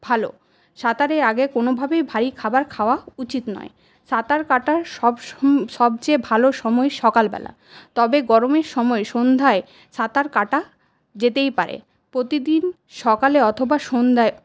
ভালো সাঁতারের আগে কোনোভাবেই ভারী খাবার খাওয়া উচিত নয় সাঁতার কাটার সব সবচেয়ে ভালো সময় সকালবেলা তবে গরমের সময় সন্ধ্যায় সাঁতার কাটা যেতেই পারে প্রতিদিন সকালে অথবা সন্ধ্যায়